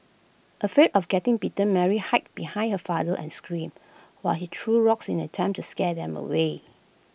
afraid of getting bitten Mary hid behind her father and screamed while he threw rocks in an attempt to scare them away